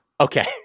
Okay